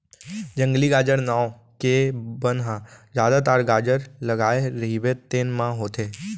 जंगली गाजर नांव के बन ह जादातर गाजर लगाए रहिबे तेन म होथे